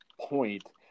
point